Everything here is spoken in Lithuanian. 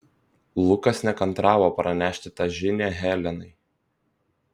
lukas nekantravo pranešti tą žinią helenai